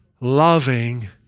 loving